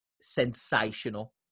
sensational